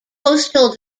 coastal